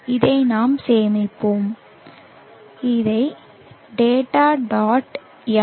இதை நாம் சேமிப்போம் இதை data dot m